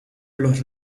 los